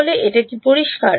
তাহলে এটা কি পরিষ্কার